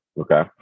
Okay